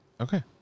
Okay